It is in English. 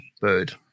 bird